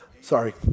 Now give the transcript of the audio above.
Sorry